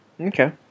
Okay